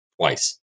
twice